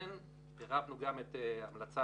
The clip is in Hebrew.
כן פירטנו גם המלצה